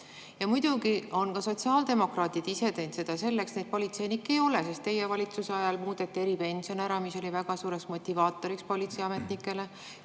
Ja muidugi on ka sotsiaaldemokraadid ise teinud [üht-teist] selleks, et politseinikke ei oleks. Teie valitsuse ajal muudeti ära eripension, mis oli väga suureks motivaatoriks politseiametnikele